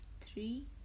three